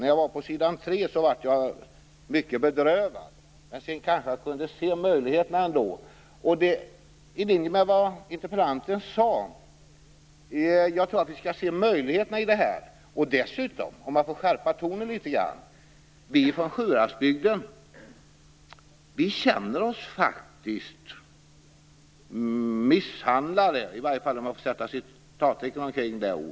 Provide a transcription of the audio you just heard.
Det jag läste på s. 3 i svaret gjorde mig mycket bedrövad, men när jag läste vidare kunde jag ändå se möjligheterna. I linje med vad interpellanten sade tror jag att vi skall se möjligheterna i det här. För att skärpa tonen litet grand vill jag säga att vi från Sjuhäradsbygden faktiskt känner oss illa behandlade i det här sammanhanget.